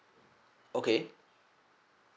okay